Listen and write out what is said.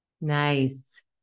Nice